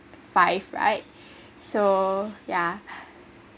five right so yeah